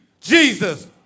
Jesus